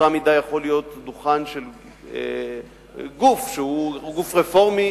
באותה מידה יכול להיות דוכן של גוף שהוא גוף רפורמי